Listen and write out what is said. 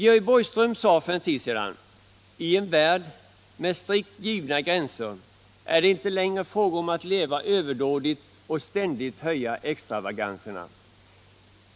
Georg Borgström sade för en tid sedan: ”I en värld med strikt givna gränser är det inte längre fråga om att leva överdådigt och ständigt höja extravaganserna.